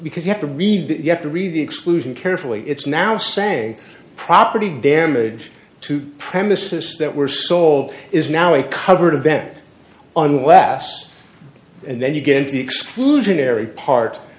because you have to read that you have to read the exclusion carefully it's now say property damage to premises that were sold is now a covered event unless and then you get the exclusionary part